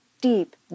deep